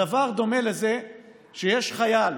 הדבר דומה לזה שיש חייל